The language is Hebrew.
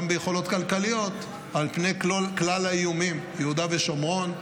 ביכולות כלכליות על פני כלל האיומים: יהודה ושומרון,